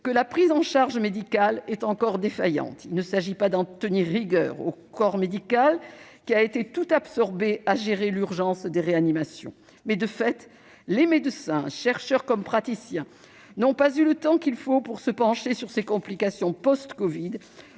que leur prise en charge médicale est encore défaillante. Il ne s'agit pas d'en tenir rigueur au corps médical, qui a été tout absorbé à gérer l'urgence des réanimations. De fait, les médecins, chercheurs comme praticiens, n'ont pas eu le temps nécessaire pour se pencher sur ces complications post-covid,